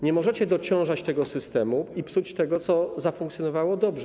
Nie możecie dociążać tego systemu i psuć tego, co dobrze funkcjonuje.